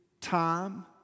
time